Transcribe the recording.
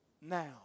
now